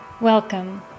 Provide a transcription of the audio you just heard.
Welcome